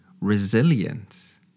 resilience